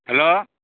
hello